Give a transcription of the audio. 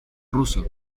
ruso